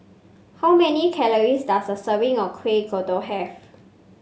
how many calories does a serving of Kueh Kodok have